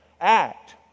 act